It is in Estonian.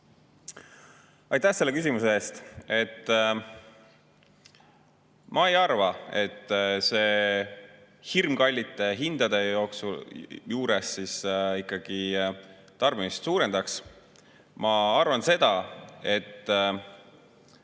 Aitäh selle küsimuse eest! Ma ei arva, et see hirmkallite hindade juures tarbimist suurendaks. Ma arvan, et